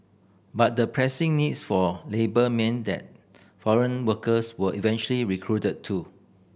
but the pressing needs for labour meant that foreign workers were eventually recruited too